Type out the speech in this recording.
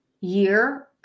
year